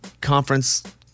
conference